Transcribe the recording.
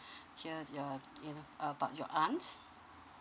hear your uh about your aunt